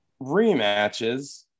rematches